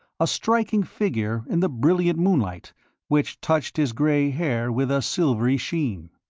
a striking figure in the brilliant moonlight which touched his gray hair with a silvery sheen.